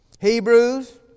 Hebrews